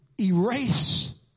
erase